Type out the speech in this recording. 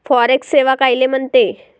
Forex सेवा कायले म्हनते?